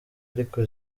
ariko